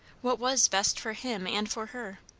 what was best for him and for her?